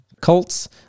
Colts